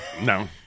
No